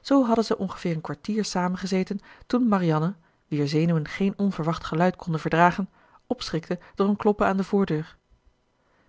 zoo hadden zij ongeveer een kwartier samen gezeten toen marianne wier zenuwen geen onverwacht geluid konden verdragen opschrikte door een kloppen aan de voordeur